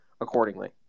accordingly